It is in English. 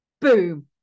boom